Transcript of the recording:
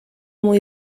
muy